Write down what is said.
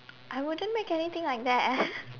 I wouldn't make anything like that